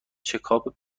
چکاپ